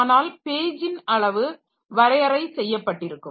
ஆனால் பேஜின் அளவு வரையறை செய்யப்பட்டிருக்கும்